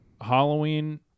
Halloween